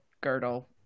girdle